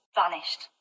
vanished